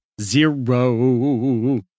Zero